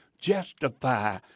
justify